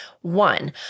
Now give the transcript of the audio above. One